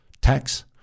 tax